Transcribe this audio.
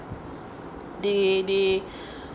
they they